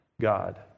God